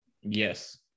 Yes